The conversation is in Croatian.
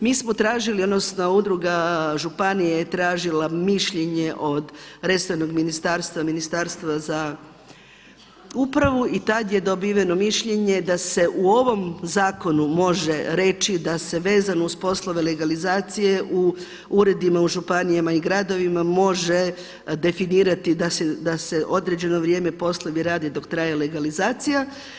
Mi smo tražili odnosno Udruga županija je tražila mišljenje od resornog ministarstva Ministarstva za upravu i tada je dobiveno mišljenje da se u ovom zakonu može reći da se vezano uz poslove legalizacije u uredima u županijama i gradovima može definirati da se određeno vrijeme poslovi rade dok traje legalizacija.